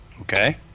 Okay